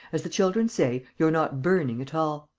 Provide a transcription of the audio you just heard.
as the children say, you're not burning at all.